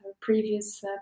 previous